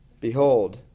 behold